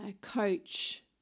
coach